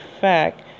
fact